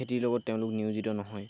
খেতিৰ লগত তেওঁলোক নিয়োজিত নহয়